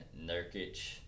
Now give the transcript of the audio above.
Nurkic